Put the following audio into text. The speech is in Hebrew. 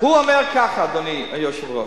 אדוני היושב-ראש,